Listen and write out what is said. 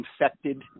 infected